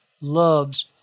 loves